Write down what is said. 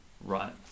right